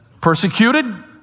persecuted